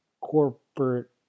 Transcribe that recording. corporate